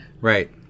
Right